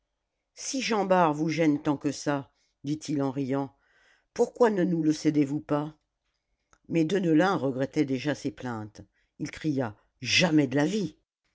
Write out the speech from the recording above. si jean bart vous gêne tant que ça dit-il en riant pourquoi ne nous le cédez vous pas mais deneulin regrettait déjà ses plaintes il cria jamais de la vie